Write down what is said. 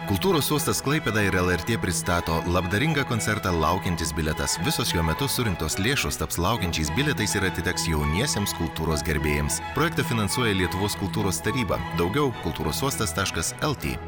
kultūros sostas klaipėda ir lrt pristato labdaringą koncertą laukiantis bilietas visos jo metu surinktos lėšos taps laukiančiais bilietais ir atiteks jauniesiems kultūros gerbėjams projektą finansuoja lietuvos kultūros taryba daugiau kultūros sostas taškas lt